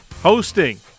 hosting